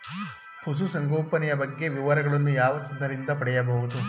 ಪಶುಸಂಗೋಪನೆಯ ಬಗ್ಗೆ ವಿವರಗಳನ್ನು ಯಾವ ತಜ್ಞರಿಂದ ಪಡೆಯಬಹುದು?